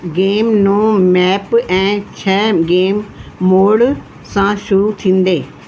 game नौ map ऐं छह गेम मोड सां शुरू थींदे